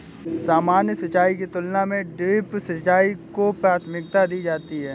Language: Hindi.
सामान्य सिंचाई की तुलना में ड्रिप सिंचाई को प्राथमिकता दी जाती है